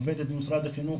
עובדת במשרד החינוך,